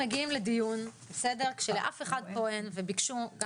אנחנו מגיעים לדיון כשלאף אחד פה אין, וביקשו.